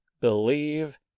believe